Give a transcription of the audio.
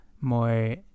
more